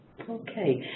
Okay